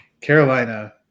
Carolina